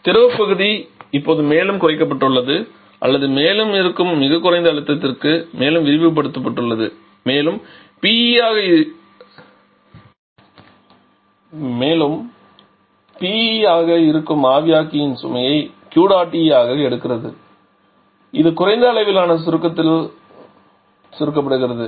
திரவப் பகுதி இப்போது மேலும் குறைக்கப்பட்டுள்ளது அல்லது மேலும்இருக்கும் மிகக் குறைந்த அழுத்தத்திற்கு மேலும் விரிவுபடுத்தப்பட்டுள்ளது மேலும் PE ஆக இருக்கும் ஆவியாக்கி சுமையை Q dot E ஆக எடுக்கிறது இது குறைந்த அளவிலான சுருக்கத்தில் சுருக்கப்படுகிறது